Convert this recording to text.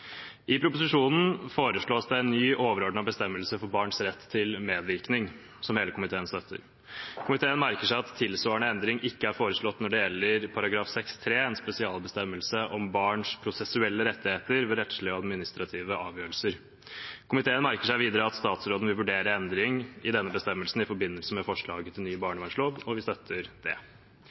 I proposisjon foreslås det en ny overordnet bestemmelse for barns rett til medvirkning, som hele komiteen støtter. Komiteen merker seg at tilsvarende endring ikke er foreslått når det gjelder § 6-3, en spesialbestemmelse om barns prosessuelle rettigheter ved rettslige og administrative avgjørelser. Komiteen merker seg videre at statsråden vil vurdere en endring i denne bestemmelsen i forbindelse med forslaget til ny barnevernslov, og vi støtter det.